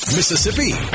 Mississippi